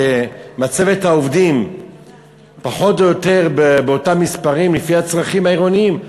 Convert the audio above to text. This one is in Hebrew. מצבת העובדים פחות או יותר באותם מספרים לפי הצרכים העירוניים?